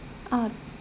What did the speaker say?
ah